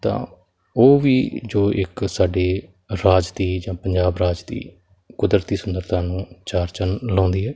ਤਾਂ ਉਹ ਵੀ ਜੋ ਇੱਕ ਸਾਡੇ ਰਾਜ ਦੀ ਜਾਂ ਪੰਜਾਬ ਰਾਜ ਦੀ ਕੁਦਰਤੀ ਸੁੰਦਰਤਾ ਨੂੰ ਚਾਰ ਚੰਦ ਲਾਉਂਦੀ ਹੈ